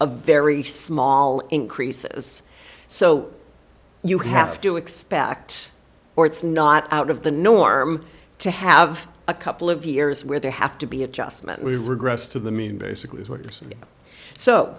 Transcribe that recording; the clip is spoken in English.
of very small increases so you have to expect or it's not out of the norm to have a couple of years where there have to be adjustment was regress to the